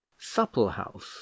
supplehouse